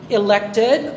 elected